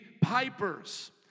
Pipers